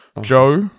Joe